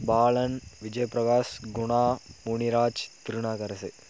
Balan Vijayaprakash Guna Moniraj Thirunavukarasu